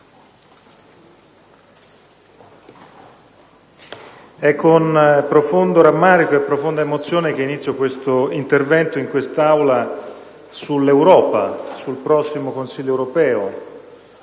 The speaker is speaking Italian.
è con profondo rammarico e profonda emozione che inizio questo intervento in quest'Aula sull'Europa, sul prossimo Consiglio europeo,